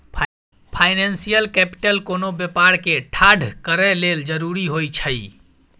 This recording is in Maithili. फाइनेंशियल कैपिटल कोनो व्यापार के ठाढ़ करए लेल जरूरी होइ छइ